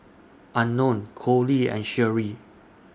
Unknown Coley and Sherie